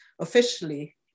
officially